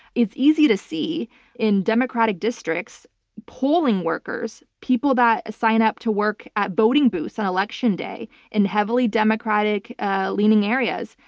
it's easy to see in democratic districts polling workers, people that sign up to vote at voting booths on election day in heavily democratic ah leaning areas,